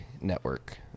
network